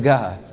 God